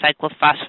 cyclophosphamide